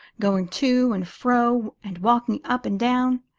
going to and fro and walking up and down.